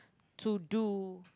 to do